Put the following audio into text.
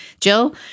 Jill